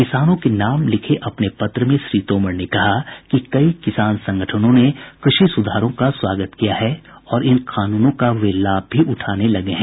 किसानों के नाम लिखे अपने पत्र में श्री तोमर ने कहा है कि कई किसान संगठनों ने कृषि सुधारों का स्वागत किया है और इन कानूनों का वे लाभ भी उठाने लगे हैं